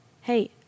hey